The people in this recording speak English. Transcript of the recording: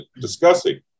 discussing